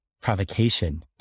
provocation